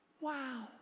Wow